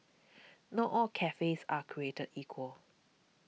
not all cafes are created equal